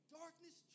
darkness